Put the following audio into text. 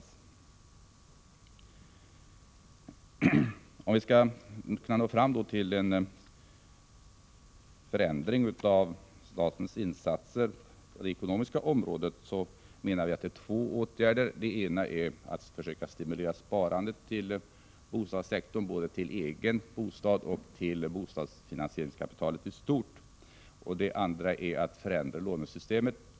För att man skall kunna komma fram till en förändring av statens insatser på det ekonomiska området krävs, menar vi, två åtgärder. Den ena är att stimulera sparandet till bostadssektorn, både till egen bostad och till bostadsfinansieringskapitalet i stort. Den andra är att förändra lånesystemet.